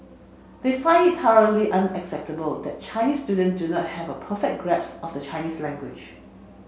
they find it thoroughly unacceptable that Chinese student do not have a perfect grasp of the Chinese language